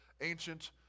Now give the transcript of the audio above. ancient